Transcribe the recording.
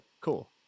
cool